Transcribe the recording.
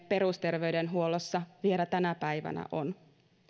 perusterveydenhuollossa vielä tänä päivänä